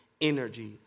energy